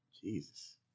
Jesus